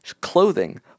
clothing